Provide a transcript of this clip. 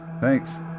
Thanks